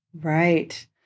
Right